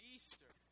Easter